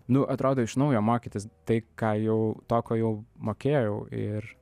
nu atrodo iš naujo mokytis tai ką jau to ko jau mokėjau ir